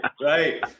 right